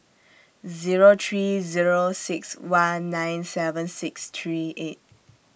Zero three Zero six one nine seven six three eight